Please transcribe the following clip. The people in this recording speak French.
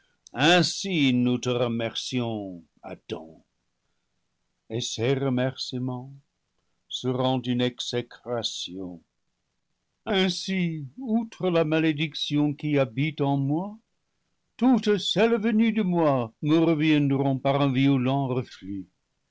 ainsi nous te remercions adam et ces remerciements seront une exécration ainsi outre la malédicton qui habite en moi toutes celles venues de moi me reviendront par un violent